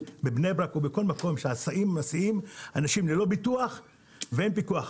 בבני ברק ובכל מקום שההיסעים מסיעים אנשים ללא ביטוח ואין פיקוח.